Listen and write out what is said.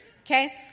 Okay